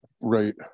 right